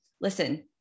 listen